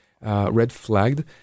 red-flagged